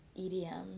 EDM